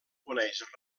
coneix